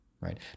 right